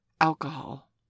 alcohol